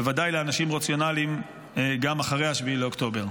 ובוודאי לאנשים רציונליים גם אחרי 7 באוקטובר.